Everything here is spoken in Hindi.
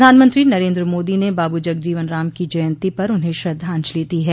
प्रधानमंत्री नरेंद्र मोदी ने बाबू जगजीवन राम की जयंती पर उन्हें श्रद्वांजलि दी है